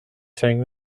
sang